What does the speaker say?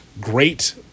great